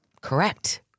correct